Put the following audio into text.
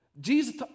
Jesus